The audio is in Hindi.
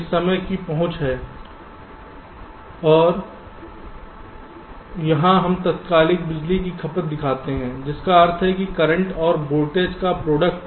यह समय की पहुंच है और यहां हम तात्कालिक बिजली की खपत दिखाते हैं जिसका अर्थ है कि करंट और वोल्टेज का प्रोडक्ट